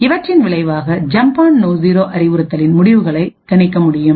இவற்றின் விளைவாக jump on no zero அறிவுறுத்தலின் முடிவுகளை கணிக்க முடியும்